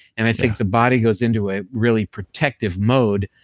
and i think the body goes into it really protective mode.